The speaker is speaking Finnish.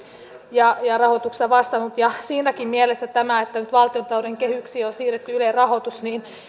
ja ja rahoituksesta vastannut siinäkin mielessä tämä että nyt valtiontalouden kehyksiin on siirretty ylen rahoitus